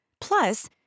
Plus